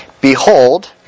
Behold